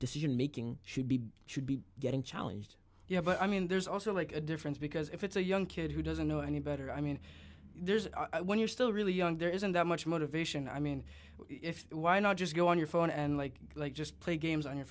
decision making should be should be getting challenged you have i mean there's also like a difference because if it's a young kid who doesn't know any better i mean there's when you're still really young there isn't that much motivation i mean if why not just go on your phone and like like just play games on your